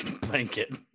blanket